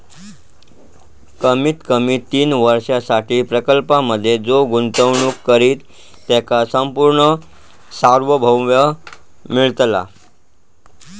कमीत कमी तीन वर्षांसाठी प्रकल्पांमधे जो गुंतवणूक करित त्याका संपूर्ण सार्वभौम मिळतला